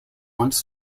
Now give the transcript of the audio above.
once